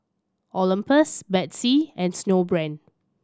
Olympus Betsy and Snowbrand